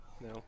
No